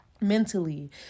Mentally